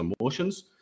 emotions